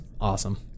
awesome